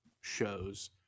shows